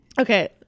Okay